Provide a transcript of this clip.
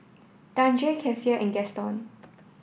Dandre Keifer and Gaston